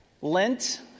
Lent